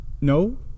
No